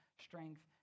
strength